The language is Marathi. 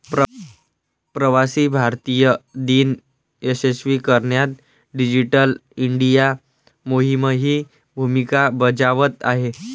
प्रवासी भारतीय दिन यशस्वी करण्यात डिजिटल इंडिया मोहीमही भूमिका बजावत आहे